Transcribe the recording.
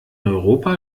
europa